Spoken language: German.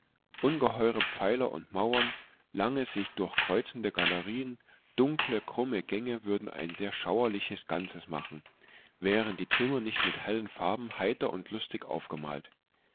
ungeheure pfeiler und mauern lange sich durchkreuzende galerien dunkle krumme gänge würden ein sehr schauerliches ganzes machen wären die zimmer nicht mit hellen farben heiter und lustig aufgemalt